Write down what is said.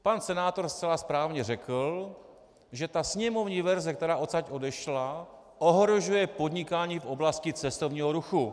Pan senátor zcela správně řekl, že sněmovní verze, která odsud odešla, ohrožuje podnikání v oblasti cestovního ruchu.